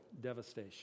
devastation